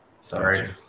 Sorry